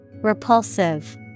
Repulsive